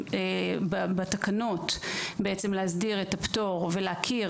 הולכים להסדיר את הפטור בתקנות ולהכיר